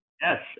Yes